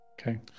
Okay